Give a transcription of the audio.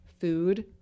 food